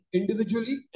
individually